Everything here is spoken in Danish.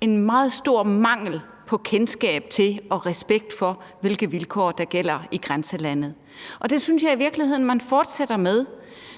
en meget stor mangel på kendskab til og respekt for, hvilke vilkår der gælder i grænselandet. Og det synes jeg i virkeligheden man fortsætter med,